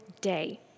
day